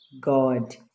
God